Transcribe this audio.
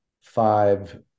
five